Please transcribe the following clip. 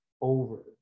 over